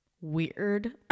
weird